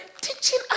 Teaching